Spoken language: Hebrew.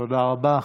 תודה רבה.